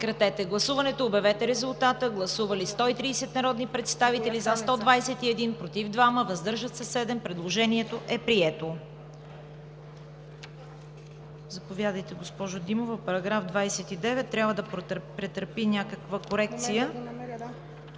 Прекратете гласуването и обявете резултата. Гласували 117 народни представители: за 100, против няма, въздържали се 17. Предложението е прието.